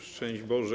Szczęść Boże!